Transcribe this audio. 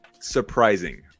surprising